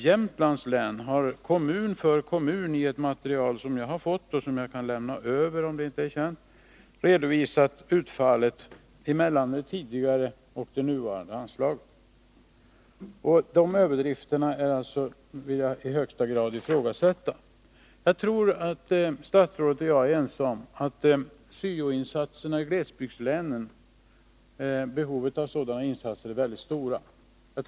Jämtlands län har i ett material som jag har fått och som jag kan lämna över om det inte är känt, kommun för kommun redovisat utfallet av det tidigare och det nuvarande anslaget. Jag vill alltså i högsta grad ifrågasätta att detta är några överdrifter. Jag tror att statsrådet och jag är ense om att behovet av syo-insatser i glesbygdslänen är mycket stort.